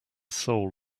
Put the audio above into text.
soul